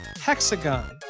hexagon